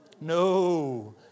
No